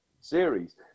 series